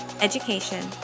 education